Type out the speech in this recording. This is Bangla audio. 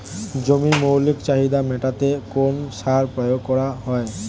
জমির মৌলিক চাহিদা মেটাতে কোন সার প্রয়োগ করা হয়?